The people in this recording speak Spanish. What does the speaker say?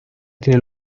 tiene